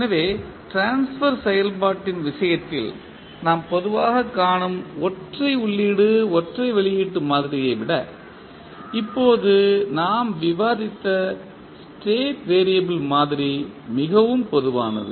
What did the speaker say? எனவே ட்ரான்ஸ்பர் செயல்பாட்டின் விஷயத்தில் நாம் பொதுவாகக் காணும் ஒற்றை உள்ளீடு ஒற்றை வெளியீட்டு மாதிரியை விட இப்போது நாம் விவாதித்த ஸ்டேட் வெறியபிள் மாதிரி மிகவும் பொதுவானது